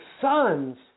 sons